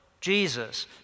Jesus